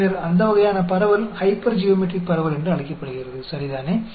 பின்னர் அந்த வகையான பரவல் ஹைப்பர்ஜியோமெட்ரிக் பரவல் என்று அழைக்கப்படுகிறது சரிதானே